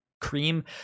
cream